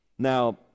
now